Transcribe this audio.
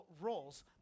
roles